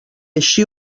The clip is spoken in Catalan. així